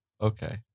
Okay